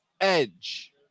edge